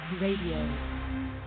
Radio